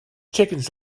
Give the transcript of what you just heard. chickens